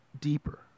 deeper